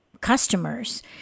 customers